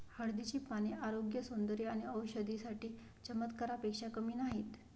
हळदीची पाने आरोग्य, सौंदर्य आणि औषधी साठी चमत्कारापेक्षा कमी नाहीत